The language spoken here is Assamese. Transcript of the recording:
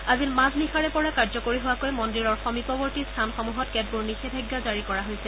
আজি মাজনিশাৰে পৰা কাৰ্যকৰী হোৱাকৈ মন্দিৰৰ সমীপৱৰ্তী স্থানসমূহত কেতবোৰ নিষেধাজ্ঞা জাৰি কৰা হৈছে